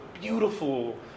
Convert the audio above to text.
beautiful